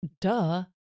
duh